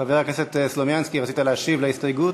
חבר הכנסת סלומינסקי, רצית להשיב על ההסתייגות?